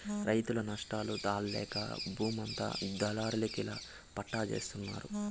రైతులు నష్టాలు తాళలేక బూమంతా దళారులకి ఇళ్ళ పట్టాల్జేత్తన్నారు